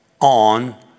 on